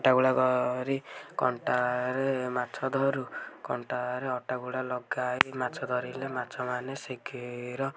ଅଟାଗୁଳା କରି କଣ୍ଟାରେ ମାଛ ଧରୁ କଣ୍ଟାରେ ଅଟାଗୁଳା ଲଗାଇ ମାଛ ଧରିଲେ ମାଛମାନେ ଶୀଘ୍ର